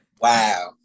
wow